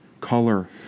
color